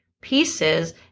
pieces